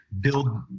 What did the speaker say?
build